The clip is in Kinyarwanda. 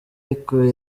iriko